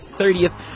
30th